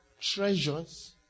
treasures